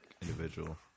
individual